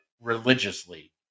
religiously